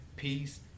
Peace